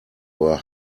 were